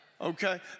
okay